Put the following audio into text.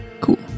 cool